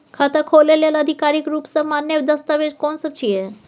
खाता खोले लेल आधिकारिक रूप स मान्य दस्तावेज कोन सब छिए?